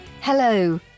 Hello